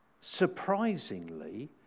surprisingly